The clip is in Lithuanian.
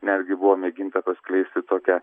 netgi buvo mėginta paskleisti tokią